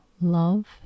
love